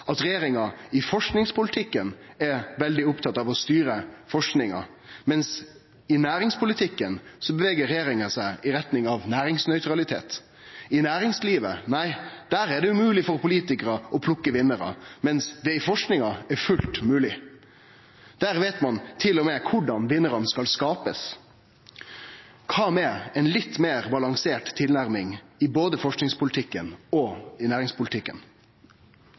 at regjeringa i forskingspolitikken er veldig opptatt av å styre forskinga, men i næringspolitikken bevegar regjeringa seg i retning av næringsnøytralitet. I næringslivet er det umogleg for politikarar å plukke vinnarar, medan det i forskinga er fullt mogleg. Der veit ein til og med korleis vinnarane skal skapast. Kva med ei litt meir balansert tilnærming i både forskingspolitikken og i næringspolitikken?